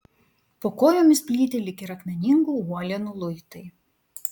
po kojomis plyti lyg ir akmeningų uolienų luitai